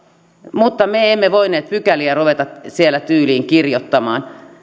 mutta me emme emme voineet pykäliä ruveta siellä tyyliin kirjoittamaan